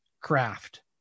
craft